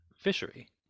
fishery